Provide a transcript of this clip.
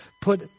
put